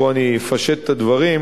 ופה אני אפשט את הדברים,